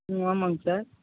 ம் ஆமாங்க சார்